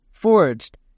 Forged